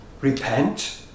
Repent